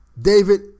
David